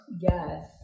Yes